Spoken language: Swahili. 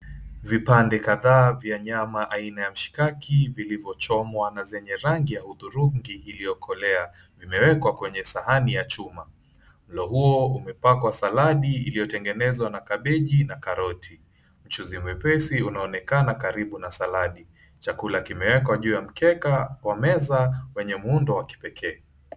Vipande kadhaa vya nyama aina ya mshikaki vilivyochomwa na zenye rangi ya hudhurungi iliyokolea vimewekwa kwenye sahani ya chuma. Mlo huo umepakwa saladi iliyotengenezwa na kabegi na karoti. Mchuzi mwepesi unaonekana karibu na saladi. Chakula kimewekwa juu ya mkeka wa meza yenye muundo wa kipekee.